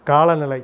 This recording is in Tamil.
காலநிலை